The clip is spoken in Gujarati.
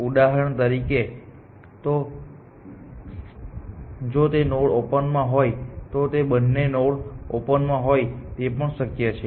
ઉદાહરણ તરીકે જો તે નોડ ઓપનમાં હોય તો તે બંને નોડ ઓપનમાં હોય તે પણ શક્ય છે